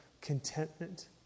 contentment